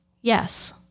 Yes